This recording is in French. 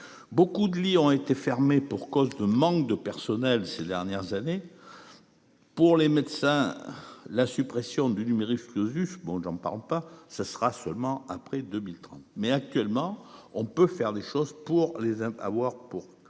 beaucoup de lits ont été fermés pour cause de manque de personnel. Ces dernières années. Pour les médecins. La suppression du numerus clausus bon j'en parle pas. Ce sera seulement après 2030. Mais actuellement, on peut faire des choses pour les avoir pour